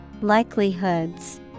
Likelihoods